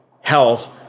health